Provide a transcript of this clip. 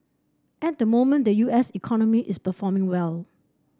at the moment the U S economy is performing well